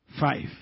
Five